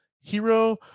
hero